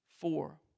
four